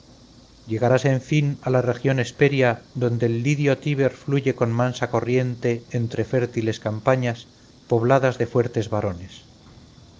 llegarás en fin a la región hesperia donde el lidio tíber fluye con mansa corriente entre fértiles campiñas pobladas de fuertes varones